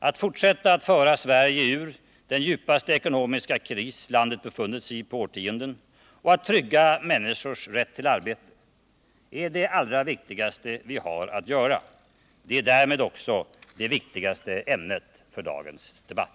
Att fortsätta att föra Sverige ur den djupaste ekonomiska kris landet befunnit sig i på årtionden och att trygga människors rätt till arbete är det allra viktigaste vi har att göra. Det är därmed också det viktigaste ämnet för dagens debatt.